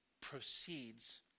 proceeds